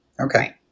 Okay